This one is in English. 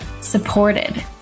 supported